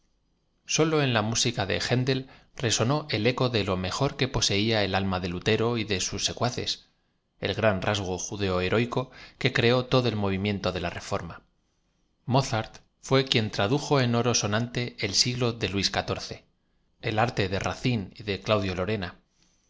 sólo en la música de haendel resonó el eco de lo m ejor que poseia el alm a de lutero y de sus se cuaces el gran rasgo judeo heroico que creó todo el movimiento de la reforma m ozart fué quien tradujo en oro sonante el aiglo de luía x iv el arte de baci ne y de olaudio lgrena